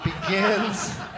begins